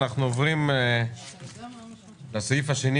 אני מתכבד לפתוח את ישיבת ועדת הכספים